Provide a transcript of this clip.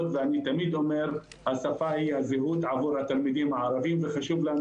ואני תמיד אומר: השפה היא הזהות עבור התלמידים הערבים וחשוב לנו